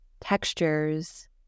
textures